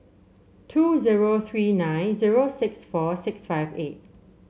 two zero three nine zero six four six five eight